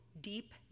deep